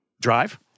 drive